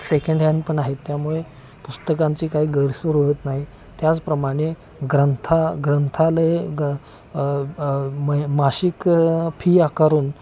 second hand पण आहेत त्यामुळे पुस्तकांची काही गैरसोय होत नाही त्याचप्रमाणे ग्रंथ ग्रंथालय ग म्हणजे मासिक फी आकारून